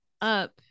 up